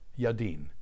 Yadin